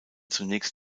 zunächst